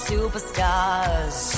superstars